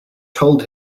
told